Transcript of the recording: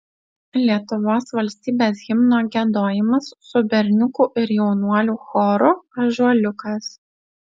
lietuvos valstybės himno giedojimas su berniukų ir jaunuolių choru ąžuoliukas